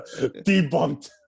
debunked